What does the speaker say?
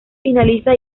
finaliza